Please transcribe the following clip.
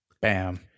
Bam